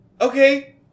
Okay